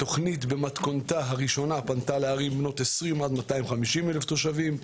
התוכנית במתכונתה הראשונה פנתה לערים בנות 20-250 אלף תושבים,